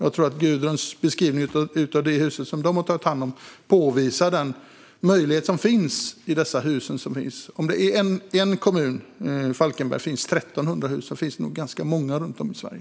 Jag tror att Gudruns beskrivning av det hus som de har tagit hand om påvisar den möjlighet som finns i dessa hus. Om det bara i Falkenberg finns 1 300 ödehus finns det nog ganska många runt om i Sverige.